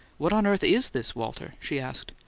what on earth is this, walter? she asked.